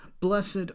Blessed